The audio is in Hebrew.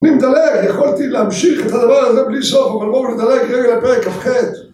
אני מדלג, יכולתי להמשיך את הדבר הזה בלי סוף, אבל בואו נדלג רגע לפרק כ"ח...